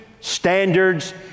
standards